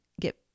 get